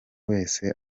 wese